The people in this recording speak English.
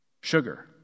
sugar